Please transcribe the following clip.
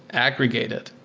aggregate it,